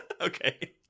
okay